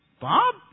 Bob